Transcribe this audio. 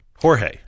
Jorge